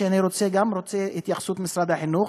שאני רוצה התייחסות גם אליו ממשרד החינוך,